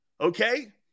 Okay